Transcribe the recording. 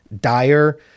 dire